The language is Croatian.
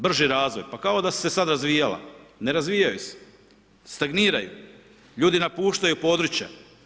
Brži razvoj, pa kao da su se sad razvijala, ne razvijaju se, stagniraju, ljudi napuštaju područja.